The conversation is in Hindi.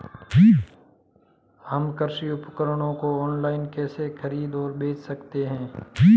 हम कृषि उपकरणों को ऑनलाइन कैसे खरीद और बेच सकते हैं?